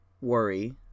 worry